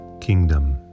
Kingdom